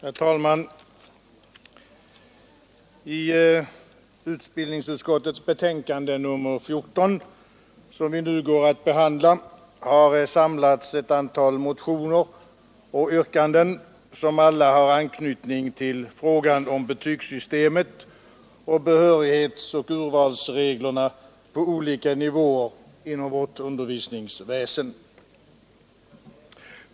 Herr talman! I utbildningsutskottets betänkande nr 14, som vi nu går att behandla, har samlats ett antal motioner och yrkanden som alla har anknytning till frågan om betygssystemet och behörighetsoch urvalsreglerna på olika nivåer inom vårt skolväsen.